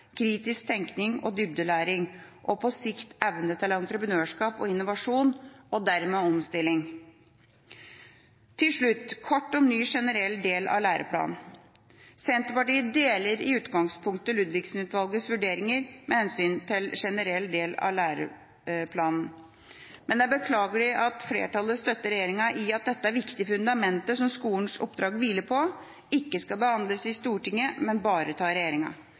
kritisk tenkning og dybdelæring og på sikt evne til entreprenørskap og innovasjon og dermed omstilling Til slutt – kort om ny generell del av læreplanen: Senterpartiet deler i utgangspunktet Ludvigsen-utvalgets vurderinger med hensyn til generell del av læreplanen, men det er beklagelig at flertallet støtter regjeringa i at dette viktige fundamentet som skolens oppdrag hviler på, ikke skal behandles i Stortinget, men bare av regjeringa.